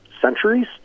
centuries